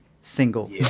single